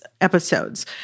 episodes